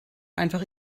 einfach